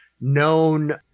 known